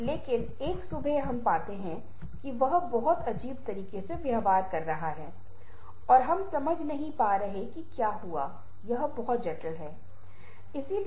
छवियों और ग्रंथों का उपयोग बहुत अलग तरीके से किया जा सकता है यहां केवल एक पाठ का एक उदाहरण है